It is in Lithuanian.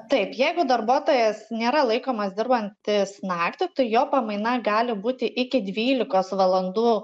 taip jeigu darbuotojas nėra laikomas dirbantis naktį tai jo pamaina gali būti iki dvylikos valandų